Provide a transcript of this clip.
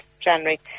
January